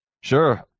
Sure